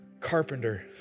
carpenter